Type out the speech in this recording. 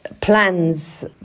plans